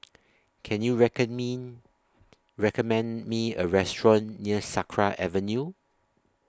Can YOU Me recommend Me A Restaurant near Sakra Avenue